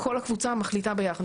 כל הקבוצה מחליטה ביחד.